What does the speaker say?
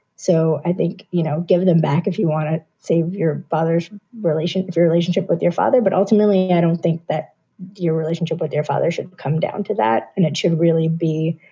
so i think, you know, give them back if you want to save your brother's relation and your relationship with your father. but ultimately, i don't think that your relationship with your father should come down to that. and it should really be.